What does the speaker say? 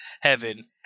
Heaven